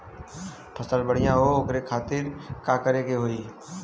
फसल बढ़ियां हो ओकरे खातिर का करे के होई?